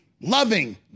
loving